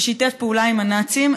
ששיתף פעולה עם הנאצים,